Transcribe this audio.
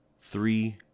three